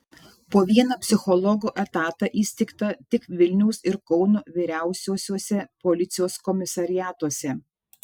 po vieną psichologo etatą įsteigta tik vilniaus ir kauno vyriausiuosiuose policijos komisariatuose